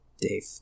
Dave